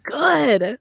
good